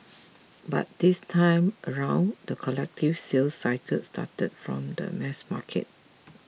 but this time around the collective sales cycle started from the mass market